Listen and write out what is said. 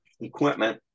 equipment